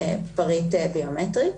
פריט ביומטרי.